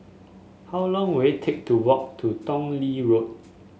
how long will it take to walk to Tong Lee Road